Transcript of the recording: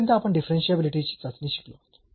आतापर्यंत आपण डिफरन्शियाबिलिटी ची चाचणी शिकलो आहोत